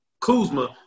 Kuzma